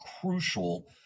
crucial